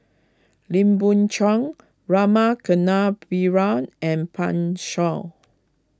Lim Biow Chuan Rama Kannabiran and Pan Shou